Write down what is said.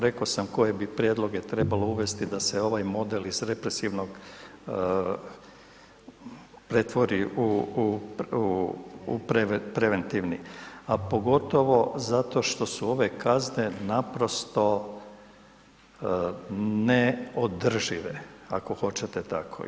Reko sam koje bi prijedloge trebalo uvesti da se ovaj model iz represivnog pretvori u preventivni, a pogotovo zato što su ove kazne naprosto neodržive ako hoćete tako.